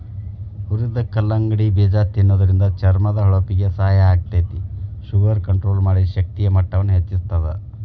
ಹುರದ ಕಲ್ಲಂಗಡಿ ಬೇಜ ತಿನ್ನೋದ್ರಿಂದ ಚರ್ಮದ ಹೊಳಪಿಗೆ ಸಹಾಯ ಆಗ್ತೇತಿ, ಶುಗರ್ ಕಂಟ್ರೋಲ್ ಮಾಡಿ, ಶಕ್ತಿಯ ಮಟ್ಟವನ್ನ ಹೆಚ್ಚಸ್ತದ